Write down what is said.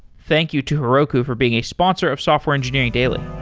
thank you to heroku for being a sponsor of software engineering daily